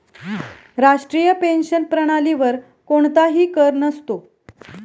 राष्ट्रीय पेन्शन प्रणालीवर कोणताही कर नसतो